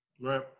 Right